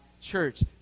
church